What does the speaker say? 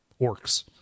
orcs